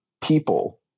people